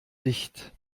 dicht